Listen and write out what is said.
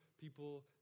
people